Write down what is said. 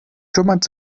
kümmert